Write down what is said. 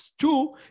two